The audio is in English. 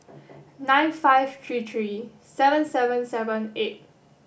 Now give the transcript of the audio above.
nine five three three seven seven seven eight